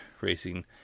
racing